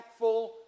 impactful